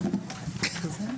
עבודה.